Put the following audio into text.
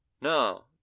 No